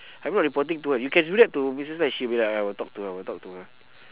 I'm not reporting to her you can do that to missus lai she'll be like I will talk to her I'll talk to her